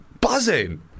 buzzing